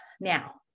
now